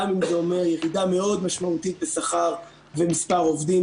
גם אם זה אומר שירידה מאוד משמעותית בשכר ובמספר העובדים,